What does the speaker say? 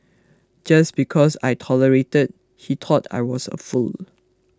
just because I tolerated he thought I was a fool